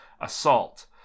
assault